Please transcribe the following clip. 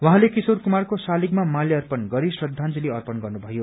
उहाँले किशोर कुमारको शालिगमा माल्यार्पण गरी श्रद्धांजलि अर्पण गर्नुभयो